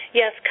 yes